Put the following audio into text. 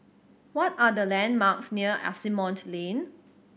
what are the landmarks near Asimont Lane